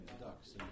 ducks